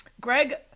Greg